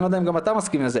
אני לא יודע גם אתה מסכים לזה,